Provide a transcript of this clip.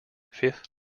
fifth